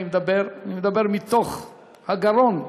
אני מדבר מתוך הגרון,